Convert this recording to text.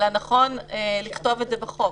אלא נכון לכתוב את זה בחוק.